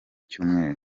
cyumweru